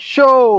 Show